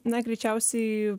na greičiausiai